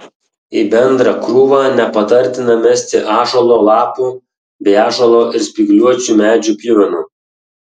į bendrą krūvą nepatartina mesti ąžuolo lapų bei ąžuolo ir spygliuočių medžių pjuvenų